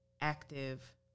active